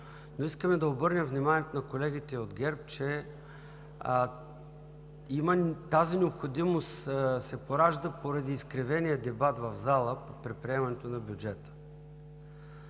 но искаме да обърнем вниманието на колегите от ГЕРБ, че тази необходимост се поражда поради изкривения дебат в залата при приемането на бюджета.